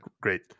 great